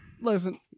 listen